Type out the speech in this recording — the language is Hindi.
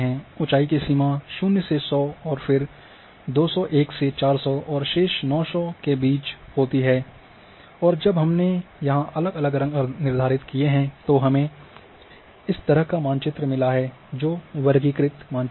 ऊँचाई की सीमा 0 से 100 और फिर 201 से 400 और शेष 900 के बीच होती है और जब हमने यहां अलग अलग रंग निर्धारित किए तो हमें इस तरह का मानचित्र मिला है जो वर्गीकृत मानचित्र है